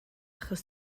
achos